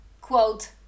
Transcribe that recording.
quote